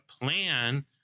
plan